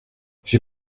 j’ai